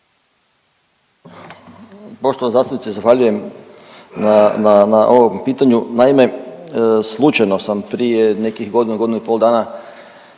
Poštovana zastupnice, zahvaljujem na ovom pitanju. Naime, slučajno sam prije nekih godinu, godinu i pol dana